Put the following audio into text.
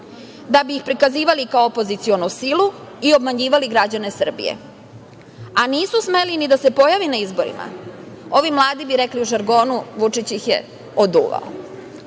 da bi ih prikazivali kao opozicionu silu i obmanjivali građane Srbije, a nisu smeli ni da se pojave na izborima. Ovi mladi bi rekli u žargonu – Vučić ih je